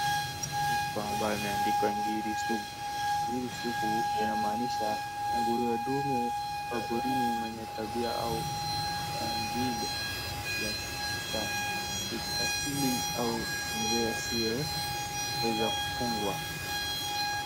Chupa ambayo imeandikwa Ngiri sugu. Nigri sugu inamanisha nguruwe ndume wa porini mwenye tabia au maumbile ya kikatili au mzee asiyeweza kufungwa.